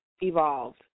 evolved